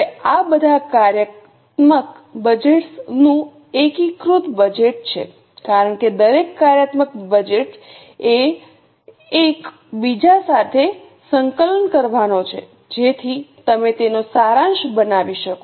હવે આ બધા કાર્યાત્મક બજેટ્સ નું એકીકૃત બજેટ છે કારણ કે દરેક કાર્યાત્મક બજેટ એક બીજા સાથે સંકલન કરવાનો છે જેથી તમે તેનો સારાંશ બનાવી શકો